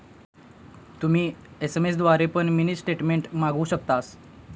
तुम्ही एस.एम.एस द्वारे पण मिनी स्टेटमेंट मागवु शकतास